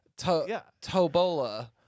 Tobola